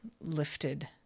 lifted